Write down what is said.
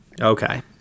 Okay